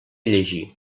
llegir